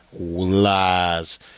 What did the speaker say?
lies